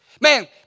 Man